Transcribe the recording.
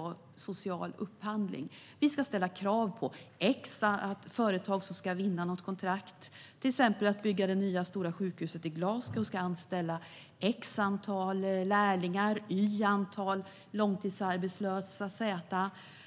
Det innebär att man har ställt krav på företag för att vinna kontrakt, till exempel på att få bygga det nya stora sjukhuset i Glasgow, ska anställa ett visst antal lärlingar, ett visst antal långtidsarbetslösa, ett